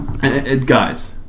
Guys